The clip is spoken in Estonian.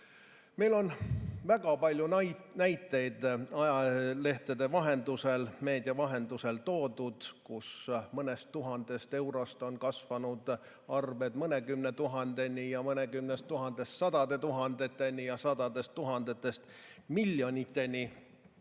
Meile on väga palju näiteid ajalehtede, meedia vahendusel toodud, et mõnest tuhandest eurost on kasvanud arved mõnekümne tuhandeni ja mõnekümnest tuhandest sadade tuhandeteni ja sadadest tuhandetest miljoniteni. Aga